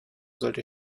sollte